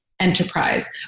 enterprise